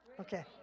Okay